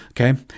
Okay